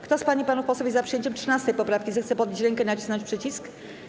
Kto z pań i panów posłów jest za przyjęciem 13. poprawki, zechce podnieść rękę i nacisnąć przycisk.